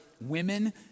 women